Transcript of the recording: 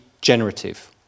generative